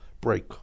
break